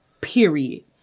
Period